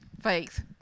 faith